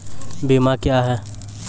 बीमा क्या हैं?